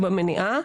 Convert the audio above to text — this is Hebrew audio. במניעה.